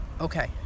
okay